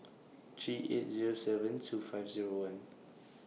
three eight Zero seven two five Zero one